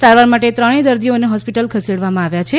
સારવાર માટે ત્રણેય દર્દીઓને હોસ્પિટલ ખસેડવામાં આવ્યા છે